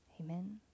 Amen